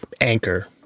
anchor